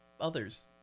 others